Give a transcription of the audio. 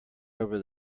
over